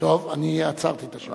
אני עצרתי את השעון.